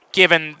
given